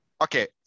Okay